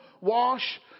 wash